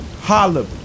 Holla